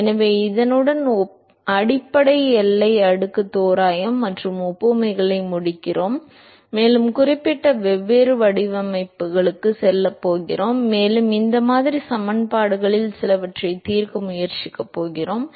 எனவே இதனுடன் அடிப்படை எல்லை அடுக்கு தோராயம் மற்றும் ஒப்புமைகளை முடிக்கிறோம் மேலும் குறிப்பிட்ட வெவ்வேறு வடிவவியலுக்குச் செல்லப் போகிறோம் மேலும் இந்த மாதிரி சமன்பாடுகளில் சிலவற்றைத் தீர்க்க முயற்சிக்கப் போகிறோம்